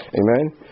Amen